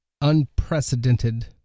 unprecedented